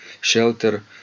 Shelter